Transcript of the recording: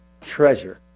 treasure